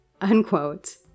Unquote